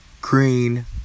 green